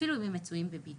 אפילו אם הם מצויים בבידוד.